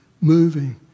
moving